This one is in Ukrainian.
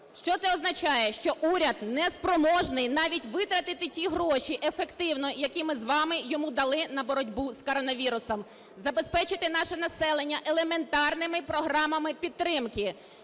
Що це означає? Що уряд неспроможний навіть витратити ті гроші ефективно, які ми з вами йому дали на боротьбу з коронавірусом, забезпечити наше населення елементарними програмами підтримки.